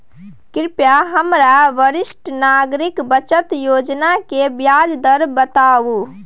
कृपया हमरा वरिष्ठ नागरिक बचत योजना के ब्याज दर बताबू